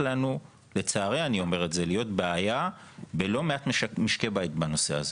להיות לנו בעיה בלא מעט משקי בית בנושא הזה.